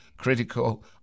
critical